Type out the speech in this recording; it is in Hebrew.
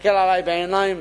מסתכל עלי בעיניים